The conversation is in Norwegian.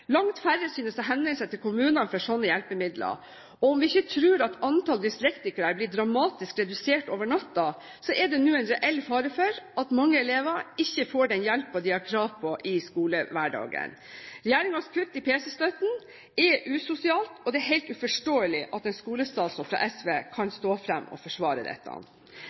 Langt færre synes å henvende seg til kommunen for sånne hjelpemidler. Om vi ikke tror at antallet dyslektikere er blitt dramatisk redusert over natten, er det nå en reell fare for at mange elever ikke får den hjelpen de har krav på i skolehverdagen. Regjeringens kutt i PC-støtten er usosialt, og det er helt uforståelig at en skolestatsråd fra SV kan stå fram og forsvare dette.